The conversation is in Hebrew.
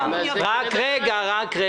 רק רגע.